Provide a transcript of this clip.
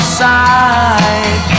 side